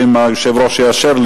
ואם יושב-ראש הוועדה יאשר,